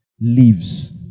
leaves